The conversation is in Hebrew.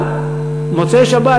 אבל במוצאי שבת,